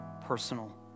personal